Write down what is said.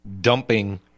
dumping